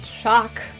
Shock